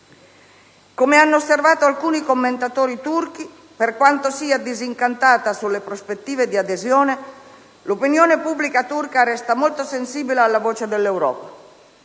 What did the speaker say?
Come hanno osservato alcuni commentatori turchi, per quanto sia disincantata sulle prospettive di adesione, l'opinione pubblica turca resta molto sensibile alla voce dell'Europa: